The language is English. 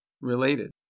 related